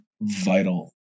vital